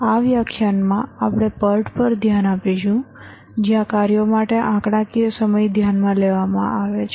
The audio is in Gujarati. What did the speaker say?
આ વ્યાખ્યાનમાં આપણે PERT પર ધ્યાન આપીશું જ્યાં કાર્યો માટે આંકડાકીય સમય ધ્યાનમાં લેવામાં આવે છે